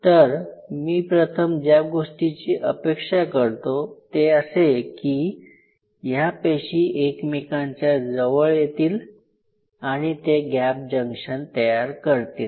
तर मी प्रथम ज्या गोष्टीची अपेक्षा करतो ते असे की या पेशी एकमेकांच्या जवळ येतील आणि ते गॅप जंक्शन तयार करतील